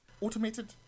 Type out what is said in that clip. automated